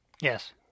Yes